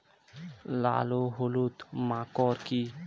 লাল ও হলুদ মাকর কী?